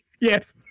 Yes